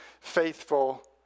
faithful